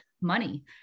money